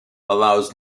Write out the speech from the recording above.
allows